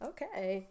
Okay